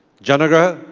janaagraha.